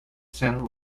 santa